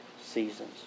seasons